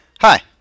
hi